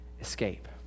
escape